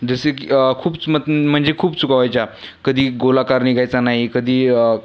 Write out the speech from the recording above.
जसे की खूप मन म्हणजे खूप चुका व्हायच्या कधी गोलाकार निघायचा नाही कधी